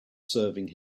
serving